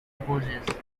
opposes